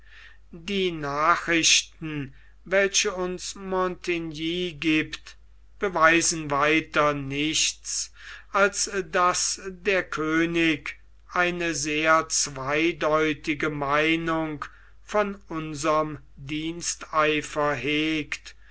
die nachrichten welche uns montigny gibt beweisen weiter nichts als daß der könig eine sehr zweideutige meinung von unserm diensteifer hegt